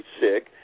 sick